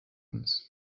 uns